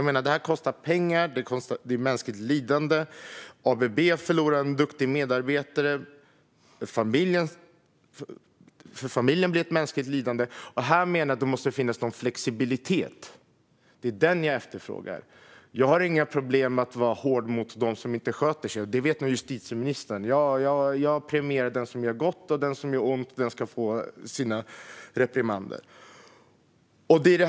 Detta kostar pengar och medför mänskligt lidande för familjen, och ABB förlorar en duktig medarbetare. Jag efterfrågar en flexibilitet här. Jag har inga problem att vara hård mot dem som inte sköter sig, och det vet justitieministern. Jag premierar den som gör gott, och den som gör ont ska få reprimander.